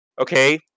Okay